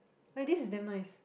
but this is damn nice